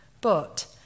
But